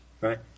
right